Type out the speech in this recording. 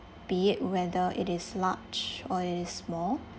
be it whether it is large or it is small